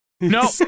No